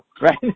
right